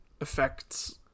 affects